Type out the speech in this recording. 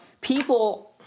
people